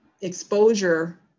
exposure